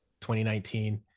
2019